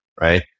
Right